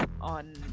on